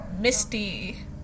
Misty